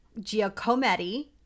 Giacometti